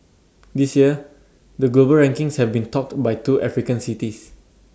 this year the global rankings has been topped by two African cities